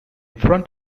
front